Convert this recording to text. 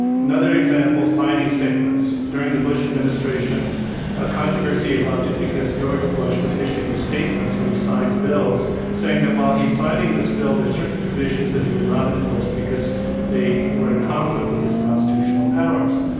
another example, signing statements, during the bush administration ah controversy erupted because george bush would issue these statements when he signed bills saying that while he's signing this bill there are certain provi sions that he would not enforce because they were in conflict with his constitutional powers.